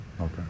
Okay